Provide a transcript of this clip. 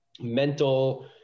mental